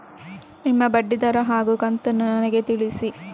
ನಿಮ್ಮ ಬಡ್ಡಿದರ ಹಾಗೂ ಕಂತನ್ನು ನನಗೆ ತಿಳಿಸಿ?